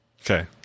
okay